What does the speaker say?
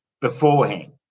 beforehand